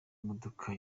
imodoka